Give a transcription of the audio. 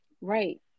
Right